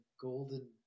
golden